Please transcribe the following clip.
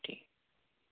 ठीक